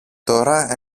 τώρα